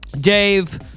Dave